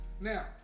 Now